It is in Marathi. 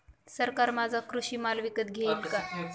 सरकार माझा कृषी माल विकत घेईल का?